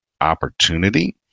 opportunity